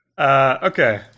Okay